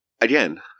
again